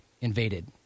invaded